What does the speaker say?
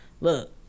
look